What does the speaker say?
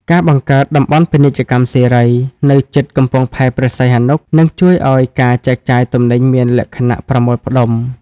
ការបង្កើត "តំបន់ពាណិជ្ជកម្មសេរី" នៅជិតកំពង់ផែព្រះសីហនុ នឹងជួយឱ្យការចែកចាយទំនិញមានលក្ខណៈប្រមូលផ្ដុំ។